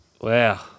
Wow